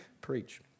Preach